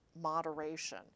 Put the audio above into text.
moderation